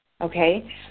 Okay